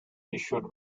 issued